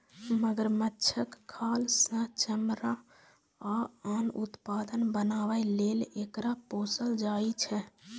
मगरमच्छक खाल सं चमड़ा आ आन उत्पाद बनाबै लेल एकरा पोसल जाइ छै